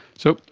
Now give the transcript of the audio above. so,